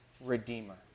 redeemer